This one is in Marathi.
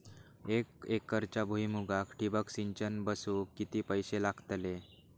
एक एकरच्या भुईमुगाक ठिबक सिंचन बसवूक किती पैशे लागतले?